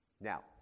Now